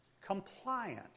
compliant